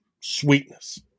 sweetness